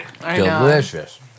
Delicious